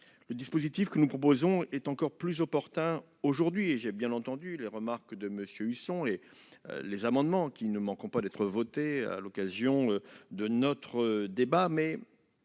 le dispositif que nous proposons est encore plus opportun aujourd'hui. J'ai bien entendu les remarques de M. Husson, et je sais que des amendements ne manqueront pas d'être adoptés à l'occasion de notre débat. Mais